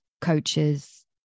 coaches